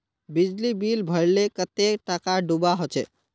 बिजली बिल भरले कतेक टाका दूबा होचे?